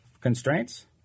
Constraints